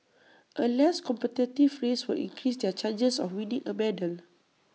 A less competitive race would increase their chances of winning A medal